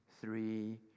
three